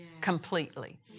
completely